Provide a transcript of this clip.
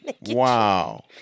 Wow